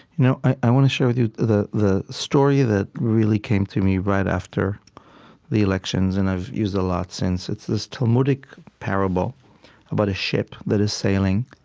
you know i want to share with you the the story that really came to me right after the elections, and i've used it a lot since. it's this talmudic parable about a ship that is sailing,